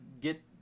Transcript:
get